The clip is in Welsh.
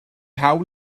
hawl